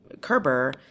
Kerber